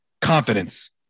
Confidence